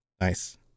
Nice